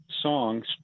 songs